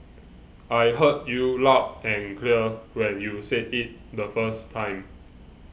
I heard you loud and clear when you said it the first time